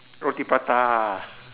roti prata